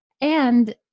And-